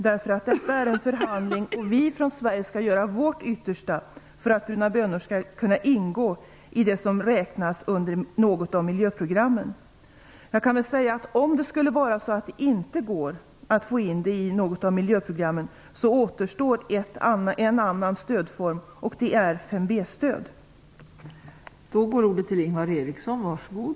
Det är en förhandling, och vi från Sverige skall göra vårt yttersta för att odling av bruna bönor skall kunna ingå i något av miljöprogrammen. Om det inte går att få in den i något av miljöprogrammen återstår en annan stödform, och det är 5 B stöd.